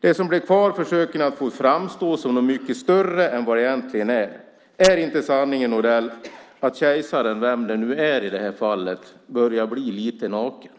Det som blev kvar försöker ni få att framstå som något mycket större än vad det egentligen är. Är inte sanningen den, Odell, att kejsaren, vem det nu är i det här fallet, börjar bli lite naken?